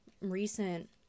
recent